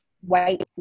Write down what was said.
white